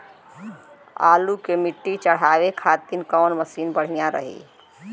आलू मे मिट्टी चढ़ावे खातिन कवन मशीन सही रही?